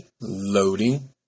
loading